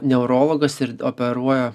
neurologas ir operuoja